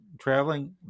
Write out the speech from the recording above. traveling